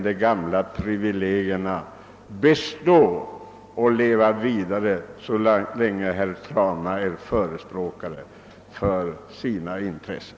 De gamla privilegierna kan troligen leva kvar så länge herr Trana talar för sina intressen.